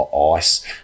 ice